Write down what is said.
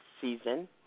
season